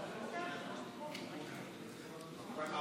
שפשוט, לא יודע,